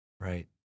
right